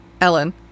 Ellen